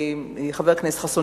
חבר הכנסת חסון,